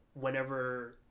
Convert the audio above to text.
whenever